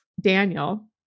Daniel